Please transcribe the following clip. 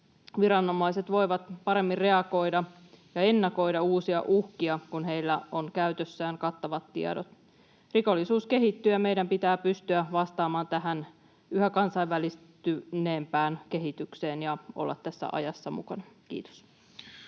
Viranomaiset voivat paremmin reagoida ja ennakoida uusia uhkia, kun heillä on käytössään kattavat tiedot. Rikollisuus kehittyy, ja meidän pitää pystyä vastaamaan tähän yhä kansainvälistyneempään kehitykseen ja olla tässä ajassa mukana. — Kiitos.